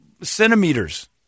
centimeters